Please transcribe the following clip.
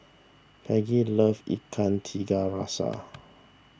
Peggy loves Ikan Tiga Rasa